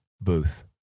Booth